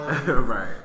right